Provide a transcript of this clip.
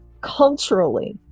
culturally